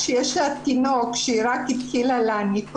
כשיש לה תינוק שהיא רק התחילה להניק אותו,